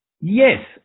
yes